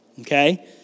Okay